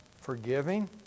forgiving